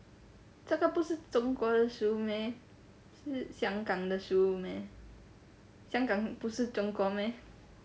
这个不是中国的食物咩是香港的食物咩香港不是中国咩